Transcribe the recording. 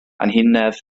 anhunedd